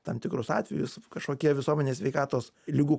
tam tikrus atvejus kažkokie visuomenės sveikatos ligų